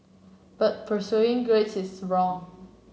but pursuing grades is wrong